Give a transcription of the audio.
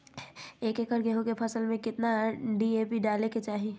एक एकड़ गेहूं के फसल में कितना डी.ए.पी डाले के चाहि?